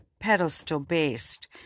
pedestal-based